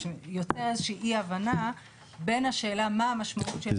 שיוצר איזה שהיא אי הבנה בין השאלה מה המשמעות של